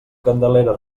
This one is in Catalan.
candelera